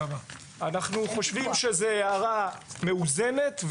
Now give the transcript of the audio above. אנחנו חושבים שזו הערה מאוזנת.